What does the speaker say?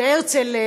כשהרצל,